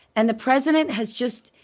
and the president has just,